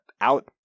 out